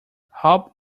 hop